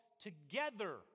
together